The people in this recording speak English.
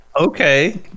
Okay